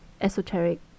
esoteric